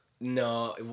no